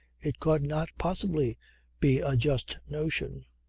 it could not possibly be a just notion.